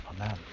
amen